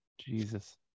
Jesus